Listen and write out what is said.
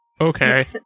Okay